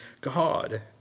God